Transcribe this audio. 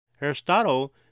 Aristotle